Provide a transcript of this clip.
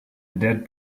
dead